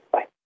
Bye